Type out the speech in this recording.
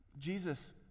Jesus